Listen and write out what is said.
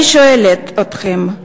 אני שואלת אתכם: